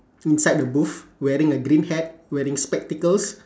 inside the booth wearing a green hat wearing spectacles